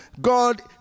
God